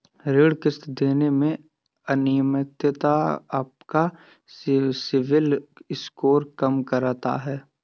ऋण किश्त देने में अनियमितता आपका सिबिल स्कोर कम करता है